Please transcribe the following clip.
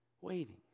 Waiting